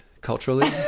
culturally